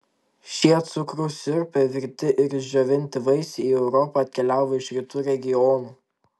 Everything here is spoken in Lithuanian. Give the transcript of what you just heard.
šie cukraus sirupe virti ir išdžiovinti vaisiai į europą atkeliavo iš rytų regionų